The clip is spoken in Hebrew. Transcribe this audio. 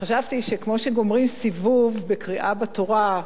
חשבתי שכמו שגומרים סיבוב בקריאה בתורה,